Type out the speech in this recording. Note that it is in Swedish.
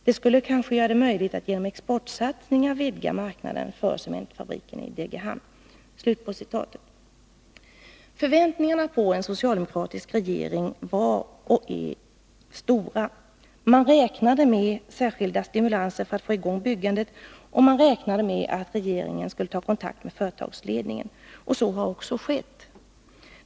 Det skulle kanske göra det möjligt att genom exportsatsningar vidga marknaden för cementfabriken i Degerhamn.” Förväntningarna på en socialdemokratisk regering var och är stora. Man räknade med särskilda stimulanser för att få i gång byggandet, och man räknade med att regeringen skulle ta kontakt med företagsledningen. Så har också skett.